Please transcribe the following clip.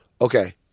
Okay